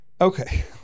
Okay